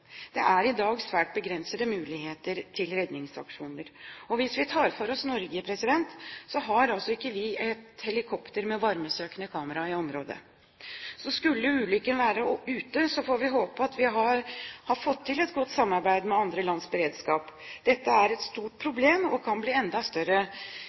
Det er i dag svært begrensede muligheter til redningsaksjoner. Hvis vi tar for oss Norge, har vi altså ikke et helikopter med varmesøkende kamera i området. Så skulle ulykken være ute, får vi håpe at vi har fått til et godt samarbeid med andre lands beredskap. Dette er et stort problem og kan bli enda større